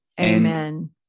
Amen